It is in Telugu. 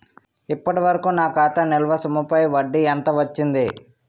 ఇప్పటి వరకూ నా ఖాతా నిల్వ సొమ్ముపై వడ్డీ ఎంత వచ్చింది?